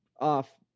off